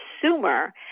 consumer